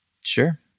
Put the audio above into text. Sure